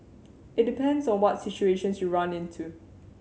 it depends on what situations you run into